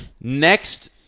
Next